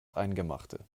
eingemachte